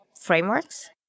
frameworks